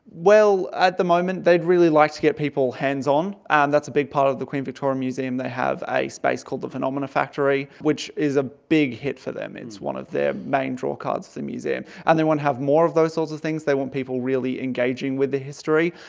well, at the moment they'd really like to get people hands-on. and that's a big part of the queen victoria museum, they have a space called the phenomena factory which is a big hit for them, it's one of their main drawcards for the museum, and they want to have more of those sorts of things, they want people really engaging with the history.